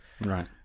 Right